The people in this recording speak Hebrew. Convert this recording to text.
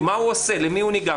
מי נגד?